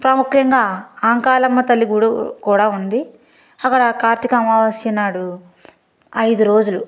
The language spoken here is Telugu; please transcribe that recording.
ప్రాముఖ్యంగా అంకాలమ్మ తల్లి గుడి కూడా ఉంది అక్కడ కార్తీక అమావాస్యనాడు ఐదు రోజులు